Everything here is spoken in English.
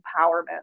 empowerment